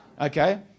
Okay